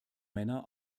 männer